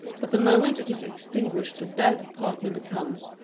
but the moment it is extinguished the dead partner becomes,